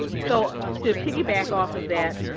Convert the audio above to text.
so to piggyback off of that,